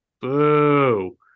Boo